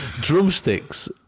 drumsticks